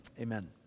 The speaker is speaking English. Amen